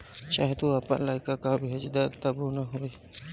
चाहे तू आपन लइका कअ भेज दअ तबो ना होई